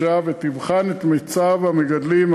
ותבחן את מצב המגדלים,